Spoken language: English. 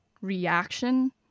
reaction